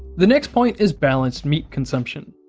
the next point is balanced meat consumption.